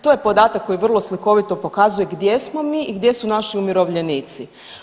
To je podatak koji vrlo slikovito pokazuje gdje smo mi i gdje su naši umirovljenici.